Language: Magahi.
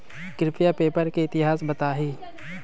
कृपया पेपर के इतिहास बताहीं